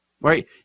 right